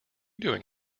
doing